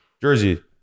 Jersey